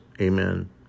amen